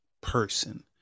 person